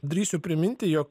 drįsiu priminti jog